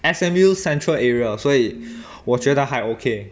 S_M_U central area 所以我觉得还 okay